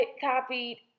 copied